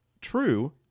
true